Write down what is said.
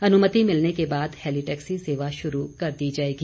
अनुमति मिलने के बाद हैलीटैक्सी सेवा शुरू कर दी जाएगी